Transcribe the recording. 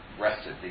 rested